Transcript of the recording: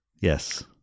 Yes